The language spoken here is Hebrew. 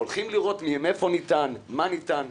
הולכים לראות מאיפה ניתן, מה ניתן.